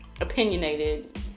opinionated